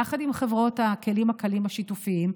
יחד עם חברות הכלים הקלים השיתופיים,